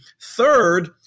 Third